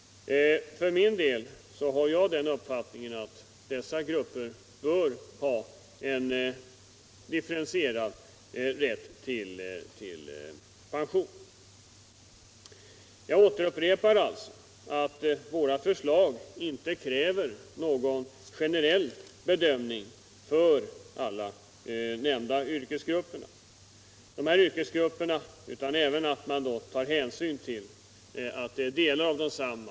För min del har jag den uppfattningen att de nämnda grupperna bör ha differentierad rätt till pension. Jag upprepar att våra förslag inte kräver någon generell bedömning för alla nämnda yrkesgrupper utan att man också kan ta hänsyn till delar av desamma.